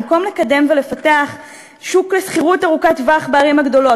במקום לקדם ולפתח שוק לשכירות ארוכת טווח בערים הגדולות,